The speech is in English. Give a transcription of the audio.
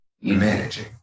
managing